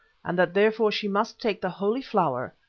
and that therefore she must take the holy flower,